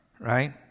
right